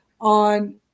on